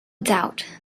doubt